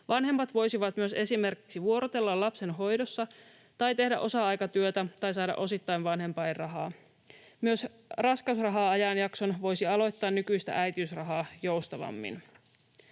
Vanhemmat voisivat myös esimerkiksi vuorotella lapsen hoidossa tai tehdä osa-aikatyötä tai saada osittaista vanhempainrahaa. Myös raskausraha-ajanjakson voisi aloittaa nykyistä äitiysrahaa joustavammin.